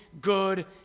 good